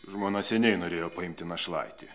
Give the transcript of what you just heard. žmona seniai norėjo paimti našlaitį